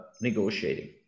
negotiating